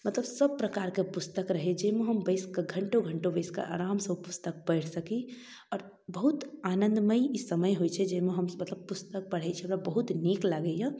मतलब सब प्रकारके पुस्तक रहै जाहिमे हम बैसि कऽ घण्टो घण्टो बैसिकऽ आरामसँ ओ पुस्तक पढ़ि सकी आओर बहुत आनन्दमयी ई समय होइ छै जाहिमे हम मतलब पुस्तक पढ़य छी हमरा बहुत नीक लागैये